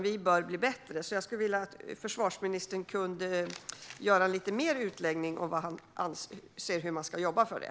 Vi bör bli bättre. Jag skulle vilja att försvarsministern gör en vidare utläggning om hur han anser att man ska jobba på det.